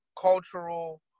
cultural